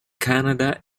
canada